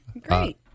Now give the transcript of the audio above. Great